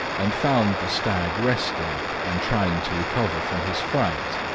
and found the stag resting and trying to recover from his fright.